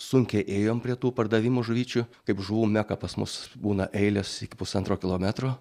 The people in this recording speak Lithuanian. sunkiai ėjom prie tų pardavimo žuvyčių kaip žuvų meka pas mus būna eilės iki pusantro kilometro